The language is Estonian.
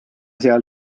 seal